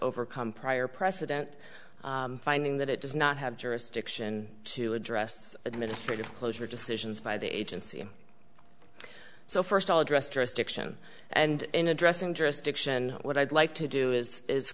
overcome prior precedent finding that it does not have jurisdiction to address administrative closure decisions by the agency so first of all address jurisdiction and in addressing jurisdiction what i'd like to do is is